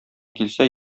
килсә